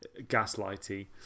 gaslighty